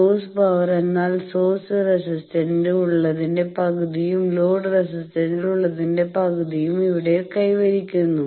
source power എന്നാൽ source റെസിസ്റ്റന്റിൽ ഉള്ളതിന്റെ പകുതിയും ലോഡ് റെസിസ്റ്റന്റിൽ ഉള്ളതിന്റെ പകുതിയും ഇവിടെ കൈവരിക്കുന്നു